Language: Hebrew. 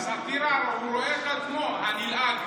בסאטירה הוא רואה את עצמו, הנלעג.